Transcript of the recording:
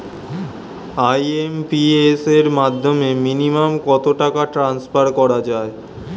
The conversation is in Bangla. আই.এম.পি.এস এর মাধ্যমে মিনিমাম কত টাকা ট্রান্সফার করা যায়?